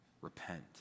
repent